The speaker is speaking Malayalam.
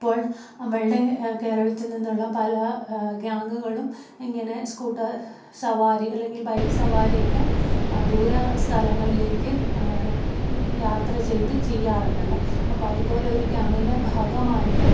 അപ്പോൾ നമ്മളുടെ കേരളത്തിൽ നിന്നുള്ള പല ഗ്യാങ്ങുകളും ഇങ്ങനെ സ്കൂട്ടർ സവാരി അല്ലെങ്കിൽ ബൈക്ക് സവാരിയൊക്കെ ദൂരെ സ്ഥലങ്ങളിലേക്ക് യാത്ര ചെയ്ത് ചെയ്യാറുണ്ടല്ലോ അപ്പം അതുപോലെ ഒരു ഗ്യാങ്ങിൻ്റെ ഭാഗമായിട്ട്